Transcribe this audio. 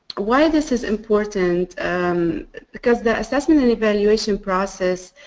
why this is important um because the assessment and evaluation process